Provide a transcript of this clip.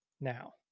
Now